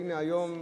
והנה היום,